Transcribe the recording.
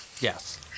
Yes